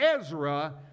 Ezra